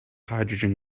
hydrogen